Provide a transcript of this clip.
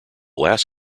last